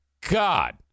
God